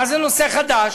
מה זה נושא חדש?